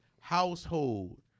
household